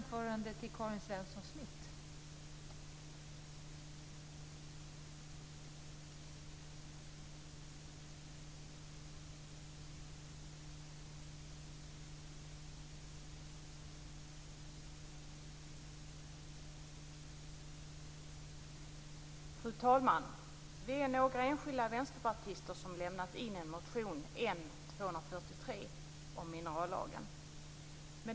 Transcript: Fru talman! Vi är några enskilda vänsterpartister som har lämnat in en motion om minerallagen, N243.